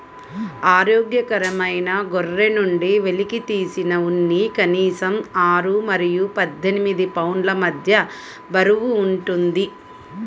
ఆరోగ్యకరమైన గొర్రె నుండి వెలికితీసిన ఉన్ని కనీసం ఆరు మరియు పద్దెనిమిది పౌండ్ల మధ్య బరువు ఉంటుంది